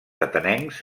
atenencs